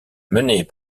menés